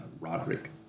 Roderick